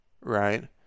right